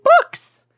books